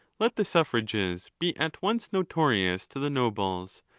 let the suffrages be at once notorious to the nobles,